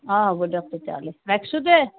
হয় হ'ব দিয়ক তেতিয়াহ'লে ৰাখছোঁ দে